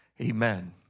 Amen